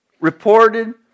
Reported